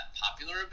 popular